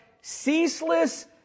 ceaseless